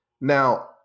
Now